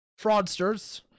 fraudsters